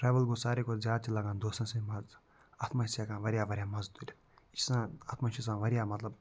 travel گوٚو سارِوی کھۄتہٕ زیادٕ چھِ لگان دوستَن سۭتۍ مَزٕ اَتھ منٛز تہِ چھِ ہٮ۪کان واریاہ واریاہ مَزٕ تُلِتھ یہِ چھِ آسان اَتھ منٛز چھِ آسان واریاہ مطلب